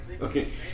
Okay